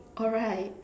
alright